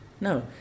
No